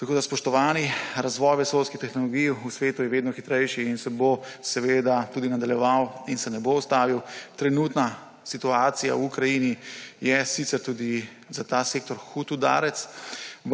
Tako, spoštovani, razvoj vesoljski tehnologij v svetu je vedno hitrejši in se bo seveda tudi nadaljeval in se ne bo ustavil. Trenutna situacija v Ukrajini je sicer tudi za ta sektor hud udarec,